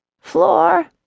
Floor